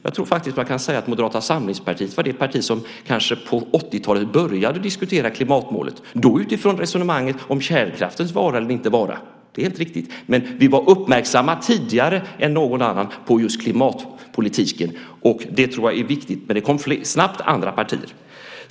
Jag tror faktiskt att man kan säga att Moderata samlingspartiet var det parti som på 80-talet började diskutera klimatmålet, då utifrån resonemanget om kärnkraftens vara eller inte vara - det är helt riktigt. Men vi var uppmärksamma tidigare än någon annan på just klimatpolitiken. Det tror jag är viktigt. Men det kom snabbt andra partier.